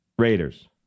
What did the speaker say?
Raiders